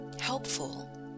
helpful